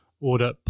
order